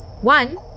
One